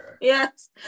Yes